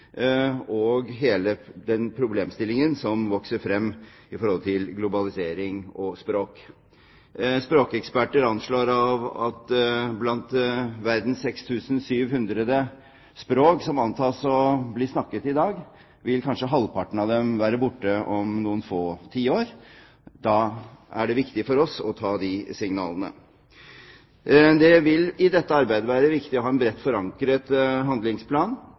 og hele den problemstillingen som vokser frem i forhold til globalisering og språk. Språkeksperter anslår at av de 6 700 språk som antas å bli snakket i verden i dag, vil kanskje halvparten være borte om noen få tiår. Da er det viktig for oss å ta de signalene. Det vil i dette arbeidet være viktig å ha en bredt forankret handlingsplan